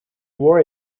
wore